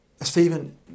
Stephen